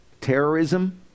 terrorism